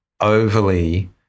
overly